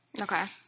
Okay